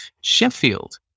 Sheffield